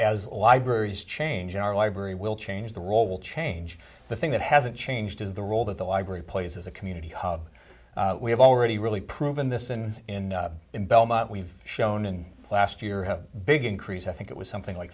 as libraries change our library will change the role will change the thing that hasn't changed is the role that the library plays as a community hub we have already really proven this and in in belmont we've shown in the last year have a big increase i think it was something like